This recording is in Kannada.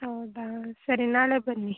ಹೌದಾ ಸರಿ ನಾಳೆ ಬನ್ನಿ